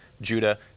Judah